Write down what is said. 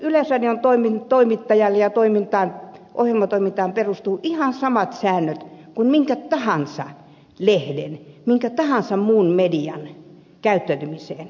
yleisradion toimittajiin ja ohjelmatoimintaan sovelletaan ihan samoja sääntöjä kuin minkä tahansa lehden minkä tahansa muun median käyttäytymiseen